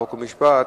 חוק ומשפט,